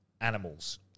animals